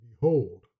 behold